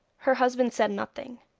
her husband said nothing,